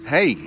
Hey